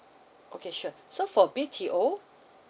okay sure so for B_T_O